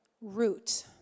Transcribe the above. root